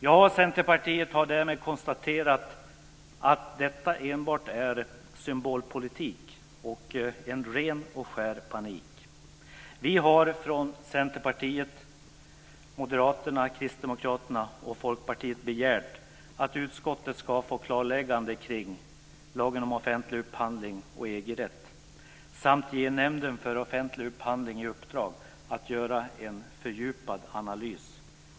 Jag och Centerpartiet har därmed konstaterat att detta enbart är symbolpolitik och ren och skär panik. Vi har från Centerpartiet, Moderaterna, Kristdemokraterna och Folkpartiet begärt att utskottet ska få ett klarläggande kring lagen om offentlig upphandling och EG-rätt samt att Nämnden för offentlig upphandling ska få i uppdrag att göra en fördjupad analys.